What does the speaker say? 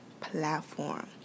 platform